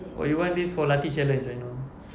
oh you want this for lathi challenge I know